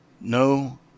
No